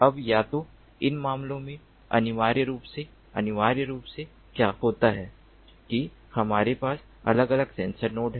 अब या तो इन मामलों में अनिवार्य रूप से अनिवार्य रूप से क्या होता है कि हमारे पास अलग अलग सेंसर नोड हैं